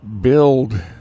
build